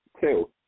Two